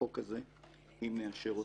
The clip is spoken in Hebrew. החוק הזה, אם נאשר אותו,